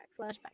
flashback